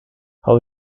how